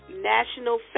national